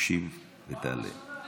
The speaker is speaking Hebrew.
תקשיב ותעלה.